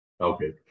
Okay